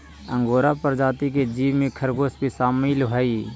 angora प्रजाति के जीव में खरगोश भी शामिल हई